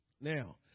Now